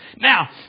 Now